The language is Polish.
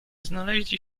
znaleźli